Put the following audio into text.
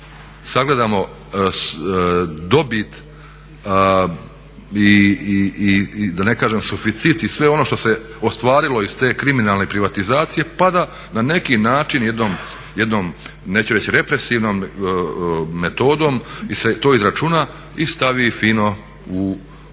sagledamo dobit i da ne kažem suficit i sve ono što se ostvarilo iz te kriminalne privatizacije pa da na neki način jednom neću reći represivnom metodom se to izračuna i stavi fino u poreznu